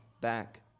back